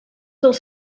dels